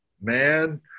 man